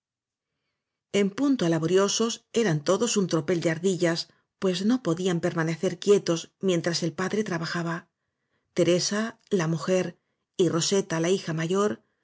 en punto á laboriosos eran todos un tro pel de ardillas pues no podían permanecer quie tos mientras el padre trabajaba teresa la mujer y roseta la hija mayor